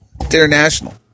International